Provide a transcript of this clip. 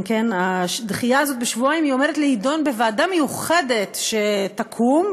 הדחייה הזאת בשבועיים עומדת להידון בוועדה מיוחדת שתקום,